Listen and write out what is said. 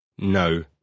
No